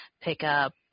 pickup